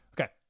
Okay